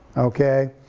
okay?